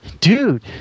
Dude